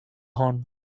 horn